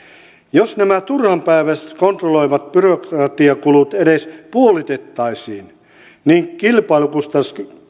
jos nämä turhanpäiväiset kontrolloivat byrokratiakulut edes puolitettaisiin niin kilpailukustannuskykymme